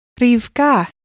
rivka